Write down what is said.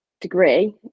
degree